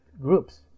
groups